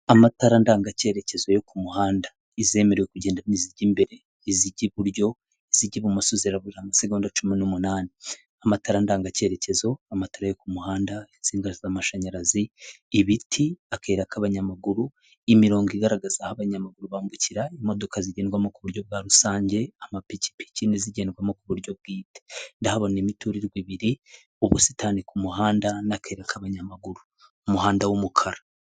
Amatara ndangacyeyerekezo yo ku muhanda izemerewe kugenda n'izijya imbere izijya iburyo izijya ibumoso zirabura amasegonda cumi n'umunani amatara ndangacyerekezo, amatara yo ku muhanda, itsingaza z'amashanyarazi, ibiti, akayira k'abanyamaguru, imirongo igaragaza aho abanyamaguru bambukira, imodoka zigendwamo kuburyo bwa rusange, amapikipiki n'izigendwamo kuburyo bwite ndahabona imiturirwa ibiri, ubusitani ku muhanda n'akayira k'abanyamaguru, umuhanda w'umukara.